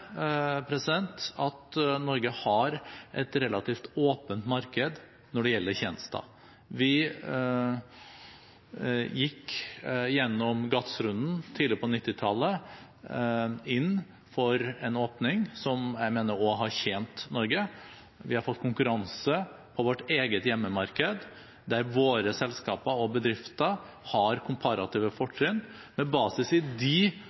at Norge har et relativt åpent marked når det gjelder tjenester. Vi gikk gjennom GATS-runden tidlig på 1990-tallet inn for en åpning som jeg mener også har tjent Norge. Vi har fått konkurranse på vårt eget hjemmemarked, der våre selskaper og bedrifter har komparative fortrinn. Med basis i de